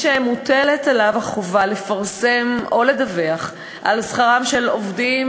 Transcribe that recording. שמוטלת עליו החובה לפרסם או לדווח על שכרם של עובדים